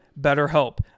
BetterHelp